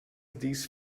these